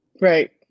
Right